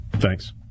Thanks